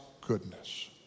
goodness